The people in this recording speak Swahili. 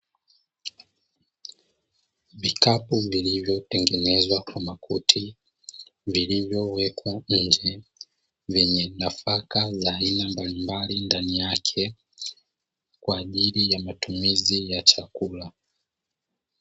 Vikapu vilivyotengenezwa kwa makuti vilivyowekwa nje, vyenye nafaka za aina mbalimbali ndani yake kwa ajili ya matumizi ya chakula.